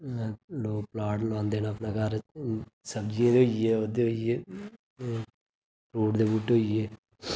लौक प्लाटं लोआंदे न अपने घर सब्जिएं दे होई गे ओह्दे होई गे फ्रूट दे बूह्टे होई गे